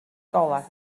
golau